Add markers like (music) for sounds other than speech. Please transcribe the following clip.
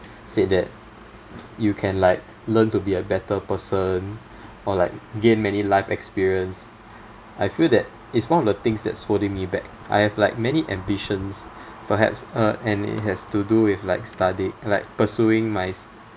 said that you can like learn to be a better person (breath) or like gain many life experience I feel that it's one of the things that's holding me back I have like many ambitions (breath) perhaps uh and it has to do with like study like pursuing my